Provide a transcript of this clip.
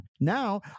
Now